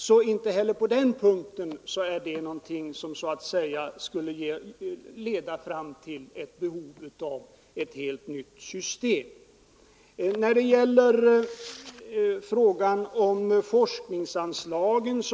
Så inte heller på den punkten föreligger det något behov av ett helt nytt system. Herr Wijkman tog i sitt inlägg också upp frågan om forskningsanslagen.